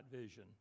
vision